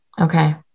Okay